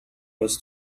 was